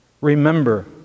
Remember